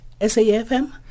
SAFM